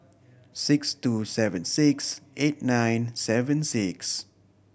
six two seven six eight nine seven six